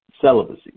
celibacy